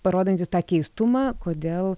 parodantys tą keistumą kodėl